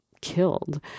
killed